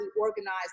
organized